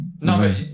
No